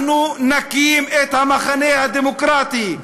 אנחנו נקים את המחנה הדמוקרטי.